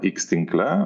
x tinkle